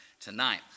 tonight